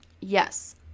yes